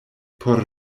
por